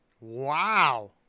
Wow